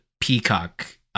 Peacock